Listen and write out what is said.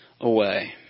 Away